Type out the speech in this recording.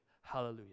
hallelujah